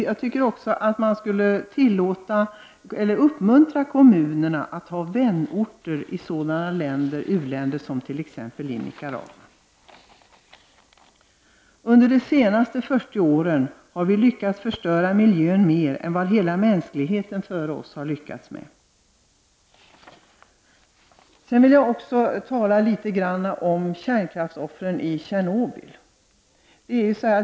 Jag tycker att svenska kommuner skulle uppmuntras att ha vänorter i ett u-land som Nicaragua. Under de senaste 40 åren har vi lyckats förstöra miljön mer än vad hela mänskligheten dessförinnan lyckats med. Jag skall säga något om kärnkraftsoffren i Tjernobyl.